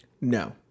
No